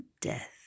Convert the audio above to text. Death